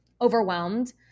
overwhelmed